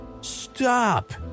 STOP